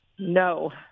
No